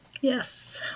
Yes